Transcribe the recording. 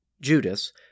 Judas